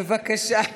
בבקשה.